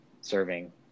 serving